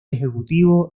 ejecutivo